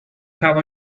have